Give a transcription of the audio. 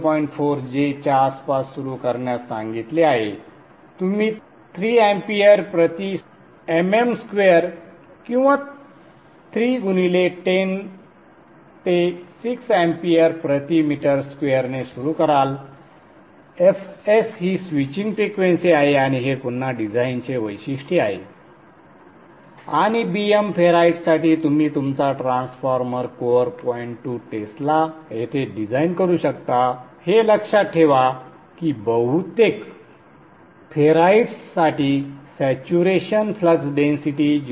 4 J च्या आसपास सुरू करण्यास सांगितले आहे तुम्ही 3 amp प्रति mm स्क्वेअर किंवा 3 गुणिले 10 ते 6 amp प्रति मीटर स्क्वेअरने सुरू कराल fs ही स्विचिंग फ्रिक्वेंसी आहे आणि हे पुन्हा डिझाइनचे वैशिष्ट्य आहे आणि Bm फेराइटसाठी तुम्ही तुमचा transformer core point two tesla येथे डिझाइन करू शकता हे लक्षात ठेवा की बहुतेक फेराइट्ससाठी सॅच्युरेशन फ्लक्स डेन्सिटी 0